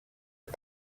and